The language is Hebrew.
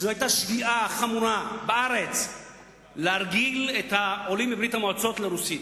זאת היתה שגיאה חמורה בארץ להרגיל את העולים מברית-המועצות לרוסית,